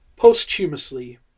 posthumously